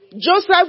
Joseph